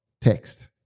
text